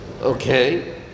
Okay